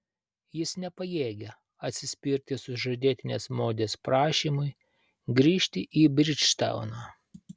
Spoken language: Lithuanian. jis nepajėgia atsispirti sužadėtinės modės prašymui grįžti į bridžtauną